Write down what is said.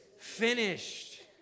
finished